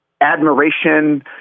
admiration